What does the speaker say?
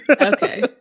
Okay